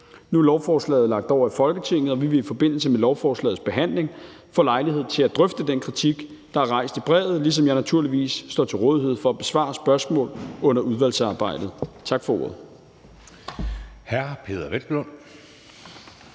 Nu er lovforslaget lagt over i Folketinget, og vi vil i forbindelse med lovforslagets behandling få lejlighed til at drøfte den kritik, der er rejst i brevet, ligesom jeg naturligvis står til rådighed for at besvare spørgsmål under udvalgsarbejdet. Tak for ordet.